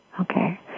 Okay